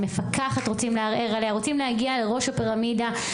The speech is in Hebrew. שרוצים לערער על המפקחת ורוצים להגיע לראש הפירמידה?